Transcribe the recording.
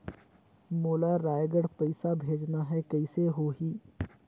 मोला रायगढ़ पइसा भेजना हैं, कइसे होही?